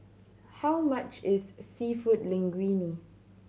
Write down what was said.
how much is Seafood Linguine